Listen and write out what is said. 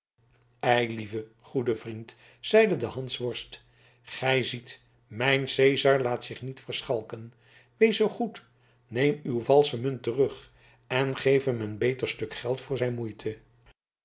lieve goede vriend zeide de hansworst gij ziet mijn cezar laat zich niet verschalken wees zoo goed neem uw valsche munt terug en geef hem een beter stuk geld voor zijn moeite